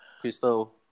Crystal